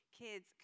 kids